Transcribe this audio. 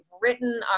written